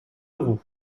roux